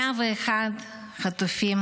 101 חטופים